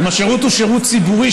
אם השירות הוא שירות ציבורי,